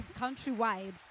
countrywide